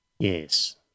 Yes